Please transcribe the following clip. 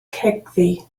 cegddu